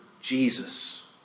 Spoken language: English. Jesus